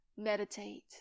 Meditate